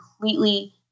completely